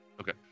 Okay